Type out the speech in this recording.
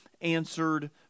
answered